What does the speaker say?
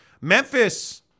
Memphis